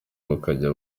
bakajya